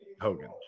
Hogan